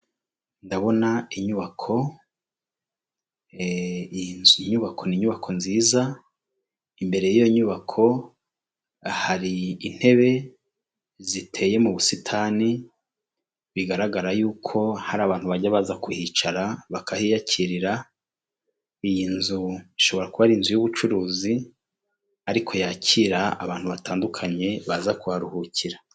Ndabona inyubako iyo n'inyubako nziza imbere y'iyo nyubako hari intebe ziteye mu busitani bigaragara yuko hari abantu bajya baza kuhicara bakahiyakirira iyi nzu ishobora kuba ari inzu y'ubucuruzi ariko yakira abantu batandukanye baza kuruhukira.